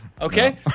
Okay